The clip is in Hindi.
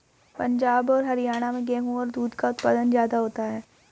पंजाब और हरयाणा में गेहू और दूध का उत्पादन ज्यादा होता है